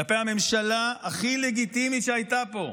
כלפי הממשלה הכי לגיטימית שהייתה פה,